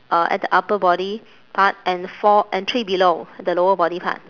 uh at the upper body part and four and three below the lower body part